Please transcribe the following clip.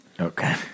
Okay